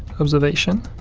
observation